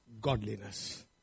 godliness